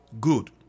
good